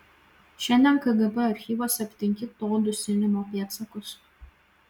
šiandien kgb archyvuose aptinki to dusinimo pėdsakus